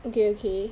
okay okay